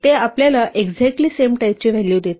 ते आपल्याला exactly same टाईपचे व्हॅल्यू देतात